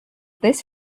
this